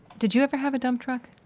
did you ever have a dump truck?